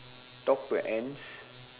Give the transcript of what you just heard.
talk to ants